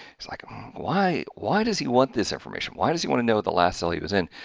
it's like ah why, why does he want this information why does he want to know the last cell he was in.